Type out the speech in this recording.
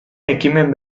ekimen